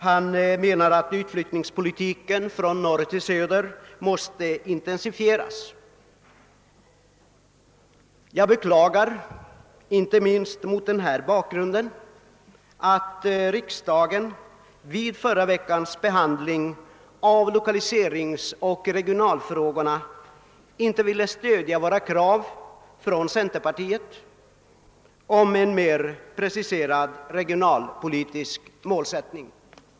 Han menar att utfiyttningspolitiken från norr till söder måste intensifieras. Jag beklagar inte minst mot denna bakgrund att riksdagen vid förra veckans behandling av lokaliseringsoch regionalfrågorna inte ville stödja centerpartiets krav på en mer preciserad regionalpolitisk målsättning.